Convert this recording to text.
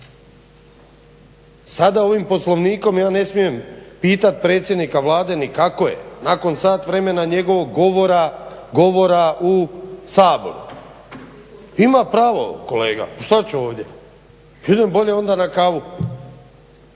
Sada ovim poslovnikom ja ne smijem pitati predsjednika Vlade ni kako je, nakon sat vremena njegovog govora u Saboru. ima pravo kolega šta će ovdje. Idem bolje onda na kavu.